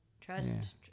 Trust